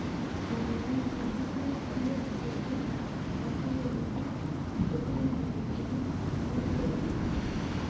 ఓ యమ్మీ దుడ్డికే పియట్ దుడ్డు, వస్తువుల దుడ్డు, పెతినిది దుడ్డుని మూడు పేర్లట